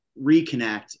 reconnect